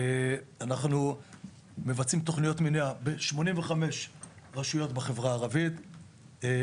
אנחנו מבצעים תוכניות מניעה ב-85 רשויות בחברה הערבית.